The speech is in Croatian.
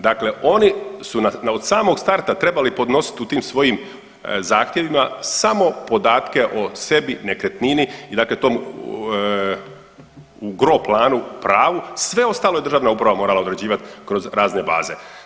Dakle, oni su od samog starta trebali podnositi u tim svojim zahtjevima samo podatke o sebi, nekretnini i dakle u gro planu u pravu sve ostalo je državna uprava morala odrađivat kroz razne baze.